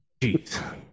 Jeez